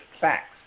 facts